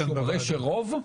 שמראה שרוב?